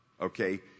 Okay